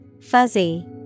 Fuzzy